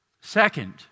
Second